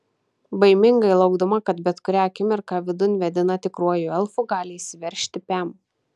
baimingai laukdama kad bet kurią akimirką vidun vedina tikruoju elfu gali įsiveržti pem